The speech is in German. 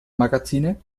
magazine